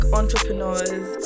entrepreneurs